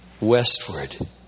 westward